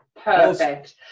Perfect